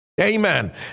Amen